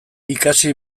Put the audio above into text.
ikasi